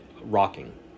rocking